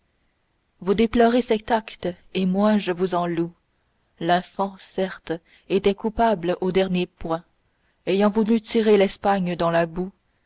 vous déplorez cet acte et moi je vous en loue l'infant certes était coupable au dernier point ayant voulu tirer l'espagne dans la boue